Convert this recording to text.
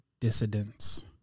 dissidents